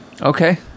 Okay